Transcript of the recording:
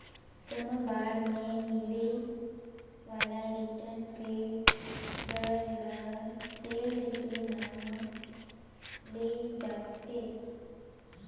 कोनो बांड मे मिले बाला रिटर्न के दर ल सील्ड के नांव ले जानथें